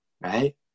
right